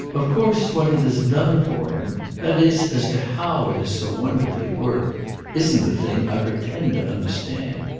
of course what it has done for him that is as to how it has so wonderfully worked isn't a thing i pretend to understand.